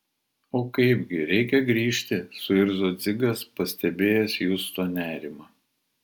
o kaipgi reikia grįžti suirzo dzigas pastebėjęs justo nerimą